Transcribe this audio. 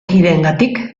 kideengatik